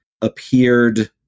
appeared